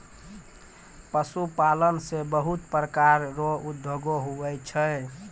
पशुपालन से बहुत प्रकार रो उद्योग हुवै छै